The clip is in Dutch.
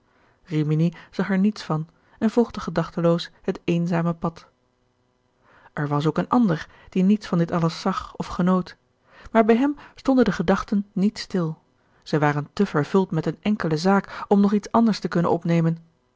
rimini zag er niets van en volgde gedachteloos het eenzame pad er was ook een ander die niets van dit alles zag of genoot maar bij hem stonden de gedachten niet stil zij waren te vervuld met eene enkele zaak om nog iets anders te kunnen opnemen